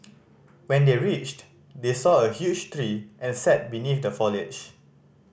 when they reached they saw a huge tree and sat beneath the foliage